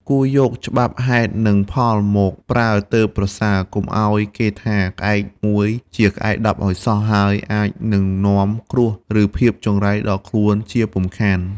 គួរយកច្បាប់ហេតុនិងផលមកប្រើទើបប្រសើរ កុំឱ្យគេថាក្អែកមួយជាក្អែកដប់ឱ្យសោះ ហើយអាចនឹងនាំគ្រោះ ឬភាពចង្រៃដល់ខ្លួនជាពុំខាន។